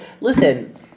listen